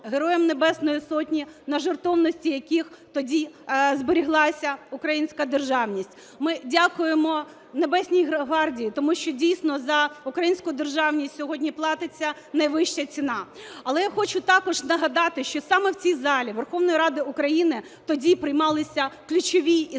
Героям Небесної Сотні, на жертовності яких тоді збереглася українська державність. Ми дякуємо Небесній гвардії, тому що дійсно, за українську державність сьогодні платиться найвища ціна. Але я хочу також нагадати, що саме в цій залі Верховної Ради України тоді приймалися ключові історичні